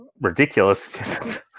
ridiculous